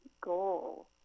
goal